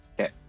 okay